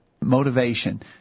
motivation